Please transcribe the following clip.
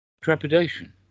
trepidation